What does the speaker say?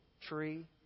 tree